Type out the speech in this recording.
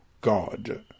God